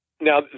Now